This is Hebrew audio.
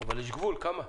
אבל יש גבול כמה.